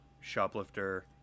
Shoplifter